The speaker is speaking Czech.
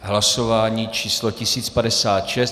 Hlasování číslo 1056.